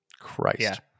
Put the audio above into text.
Christ